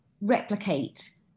replicate